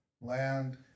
land